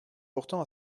pourtant